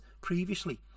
previously